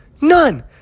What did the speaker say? None